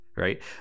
Right